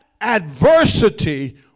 adversity